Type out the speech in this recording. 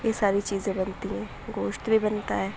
یہ ساری چیزیں بنتی ہیں گوشت بھی بنتا ہے